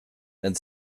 and